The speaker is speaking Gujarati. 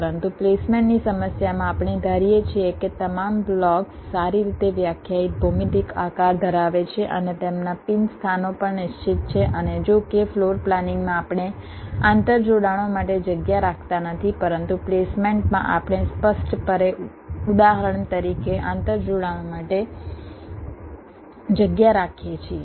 પરંતુ પ્લેસમેન્ટની સમસ્યામાં આપણે ધારીએ છીએ કે તમામ બ્લોક્સ સારી રીતે વ્યાખ્યાયિત ભૌમિતિક આકાર ધરાવે છે અને તેમના પિન સ્થાનો પણ નિશ્ચિત છે અને જો કે ફ્લોર પ્લાનિંગમાં આપણે આંતરજોડાણો માટે જગ્યા રાખતા નથી પરંતુ પ્લેસમેન્ટમાં આપણે સ્પષ્ટપણે ઉદાહરણ તરીકે આંતરજોડાણો માટે જગ્યા રાખીએ છીએ